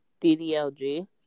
DDLG